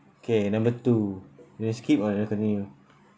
okay number two you want to skip or you want to continue